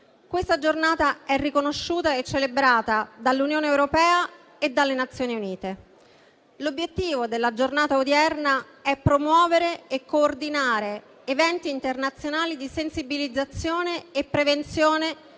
questa giornata è riconosciuta e celebrata dall'Unione europea e dalle Nazioni Unite. L'obiettivo della giornata odierna è promuovere e coordinare eventi internazionali di sensibilizzazione e prevenzione